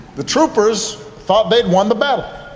the troopers thought they'd won the battle